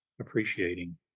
appreciating